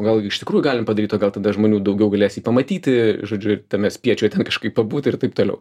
gal iš tikrųjų galim padaryt o gal tada žmonių daugiau galės jį pamatyti žodžiu ir tame spiečiuje ten kažkaip pabūt ir taip toliau